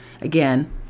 Again